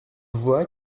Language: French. voient